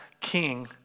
king